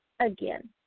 Again